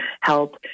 help